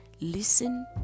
Listen